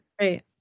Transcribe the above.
Right